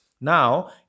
Now